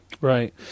Right